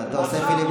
דודי, תעשה משהו.